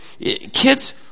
Kids